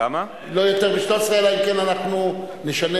לפי חוק